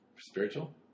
spiritual